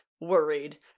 Worried